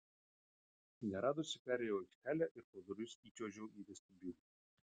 neradusi perėjau aikštelę ir pro duris įčiuožiau į vestibiulį